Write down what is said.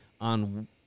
on